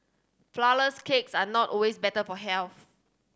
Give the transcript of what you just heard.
flourless cakes are not always better for health